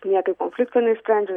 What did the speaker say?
niekaip konflikto neišsprendžia